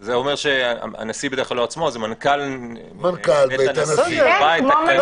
זה אומר שמנכ"ל בית הנשיא יקבע את הכללים.